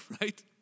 right